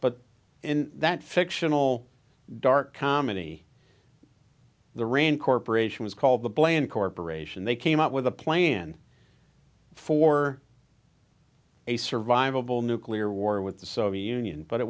but and that fictional dark comedy the rand corporation was called the bland corporation they came up with a plan for a survivable nuclear war with the soviet union but it